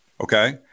Okay